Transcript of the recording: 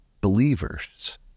believers